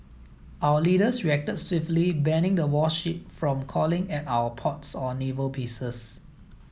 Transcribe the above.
our leaders reacted swiftly banning the warship from calling at our ports or naval bases